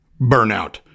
burnout